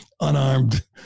unarmed